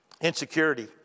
insecurity